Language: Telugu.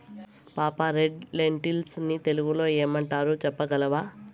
పాపా, రెడ్ లెన్టిల్స్ ని తెలుగులో ఏమంటారు చెప్పగలవా